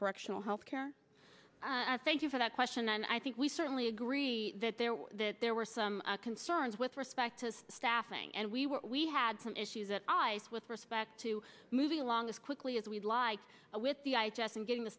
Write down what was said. correctional health care i thank you for that question and i think we certainly agree that there are that there were some concerns with respect to staffing and we were we had some issues that i with respect to moving along as quickly as we'd like with the i just and getting the